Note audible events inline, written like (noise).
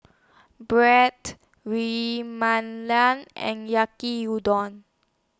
(unintelligible) We (unintelligible) and Yaki Udon